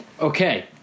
Okay